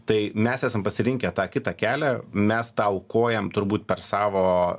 tai mes esam pasirinkę tą kitą kelią mes tą aukojam turbūt per savo